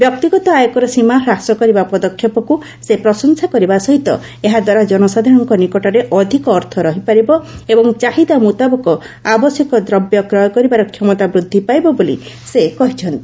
ବ୍ୟକ୍ତିଗତ ଆୟକର ସୀମା ହ୍ରାସ କରିବା ପଦକ୍ଷେପକୁ ସେ ପ୍ରଶଂସା କରିବା ସହିତ ଏହାଦ୍ୱାରା ଜନସାଧାରଣଙ୍କ ନିକଟରେ ଅଧିକ ଅର୍ଥ ରହିପାରିବ ଏବଂ ଚାହିଦା ମୁତାବକ ଆବଶ୍ୟକ ଦ୍ରବ୍ୟ କ୍ରୟ କରିବାର କ୍ଷମତା ବୃଦ୍ଧି ପାଇବ ବୋଲି ସେ କହିଚ୍ଛନ୍ତି